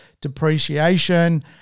depreciation